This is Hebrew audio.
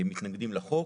מתנגדים לחוק,